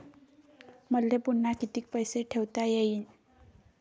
मले पुन्हा कितीक पैसे ठेवता येईन?